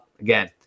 Again